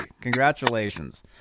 congratulations